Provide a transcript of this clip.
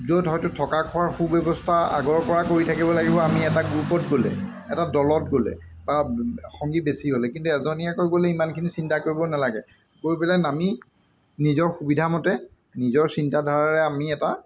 য'ত হয়তো থকা খোৱাৰ সুব্যৱস্থা আগৰপৰা কৰি থাকিব লাগিব আমি এটা গ্ৰুপত গ'লে এটা দলত গ'লে বা সংগী বেছি হ'লে কিন্তু এজনীয়াকৈ গ'লে ইমানখিনি চিন্তা কৰিব নালাগে গৈ পেলাই নামি নিজৰ সুবিধামতে নিজৰ চিন্তাধাৰাৰে আমি এটা